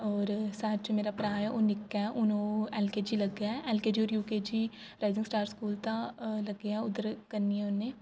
होर सच मेरा भ्राऽ ऐ ओह् निक्का ऐ हून ओह् ऐल के जी लग्गा ऐ ऐल के जी होर U K G present star school तां लग्गेआ उद्धर करनी ऐ उन्नै